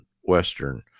Western